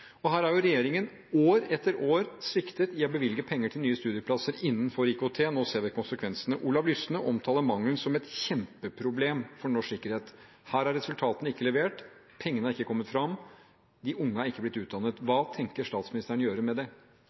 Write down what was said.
kryptologi. Her har regjeringen år etter år sviktet i å bevilge penger til nye studieplasser innenfor IKT, og nå ser vi konsekvensene. Olav Lysne omtaler mangelen som et «kjempeproblem» for norsk sikkerhet. Her er resultatene ikke levert, pengene har ikke kommet fram, de unge har ikke blitt utdannet. Hva tenker statsministeren å gjøre med det?